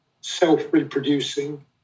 self-reproducing